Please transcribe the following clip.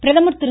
பிரதமர் திரு